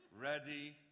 Ready